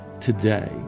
today